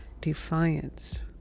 defiance